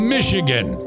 Michigan